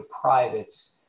privates